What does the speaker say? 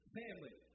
family